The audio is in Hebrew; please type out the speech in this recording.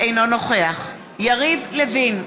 אינו נוכח יריב לוין,